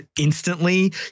instantly